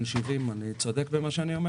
האם אני צודק בדבריי?